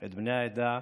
את בני העדה,